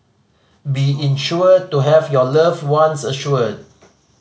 be insured to have your loved ones assured